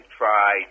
try